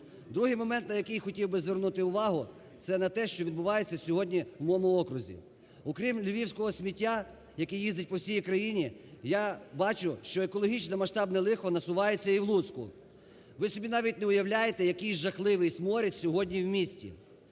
Другий момент, на який хотів би звернути увагу, це на те, що відбувається сьогодні в моєму окрузі. Окрім львівського сміття, яке їздить по всій країні я бачу, що екологічне масштабне лихо насування і в Луцьку. Ви собі навіть не уявляєте, який жахливий сморід сьогодні в місті.